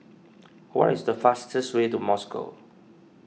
what is the fastest way to Moscow